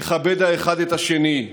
לכבד האחד את השני,